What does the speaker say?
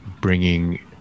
bringing